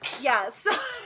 Yes